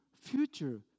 future